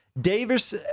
Davis